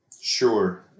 Sure